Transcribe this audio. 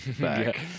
back